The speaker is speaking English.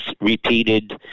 repeated